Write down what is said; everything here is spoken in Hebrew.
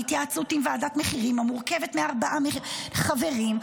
בהתייעצות עם ועדת מחירים המורכבת מארבעה חברים,